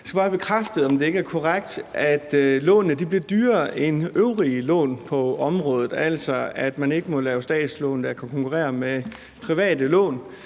Jeg skal bare have bekræftet, om det ikke er korrekt, at lånene bliver dyrere end øvrige lån på området, altså at man ikke må lave statslån, der kan konkurrere med private lån,